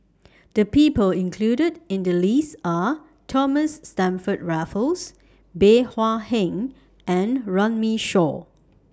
The People included in The list Are Thomas Stamford Raffles Bey Hua Heng and Runme Shaw